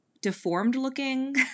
deformed-looking